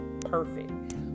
perfect